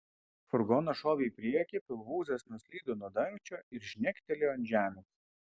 furgonas šovė į priekį pilvūzas nuslydo nuo dangčio ir žnegtelėjo ant žemės